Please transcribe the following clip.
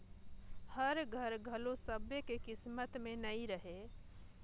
घर हर घलो सब्बो के किस्मत में नइ रहें